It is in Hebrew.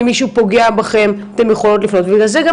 אם מישהו פוגע בכם אתן יכולות לפנות ובגלל זה גם